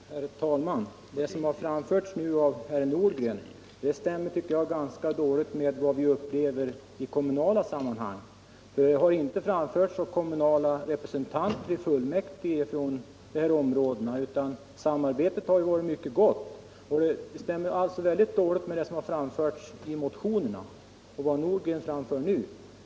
Herr talman! Det som nu har framförts av herr Nordgren stämmer, tycker jag, ganska dåligt med vad vi upplever i kommunala sammanhang. Detta har inte framförts av kommunala representanter i fullmäktige i dessa områden, utan samarbetet där har varit mycket gott. Detta stämmer mycket dåligt med vad som sagts i motionerna.